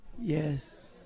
Yes